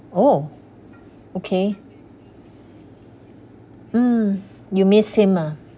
oh okay mm you miss him ah